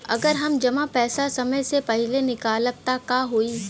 अगर हम जमा पैसा समय से पहिले निकालब त का होई?